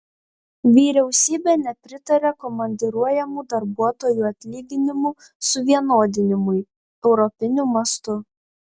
vyriausybė nepritaria komandiruojamų darbuotojų atlyginimų suvienodinimui europiniu mastu